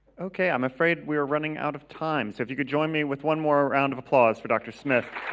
okay, i'm afraid we are running out of time so if you could join me with one more round of applause for dr. smith.